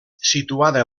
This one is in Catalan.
situada